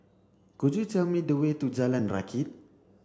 could you tell me the way to Jalan Rakit